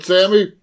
Sammy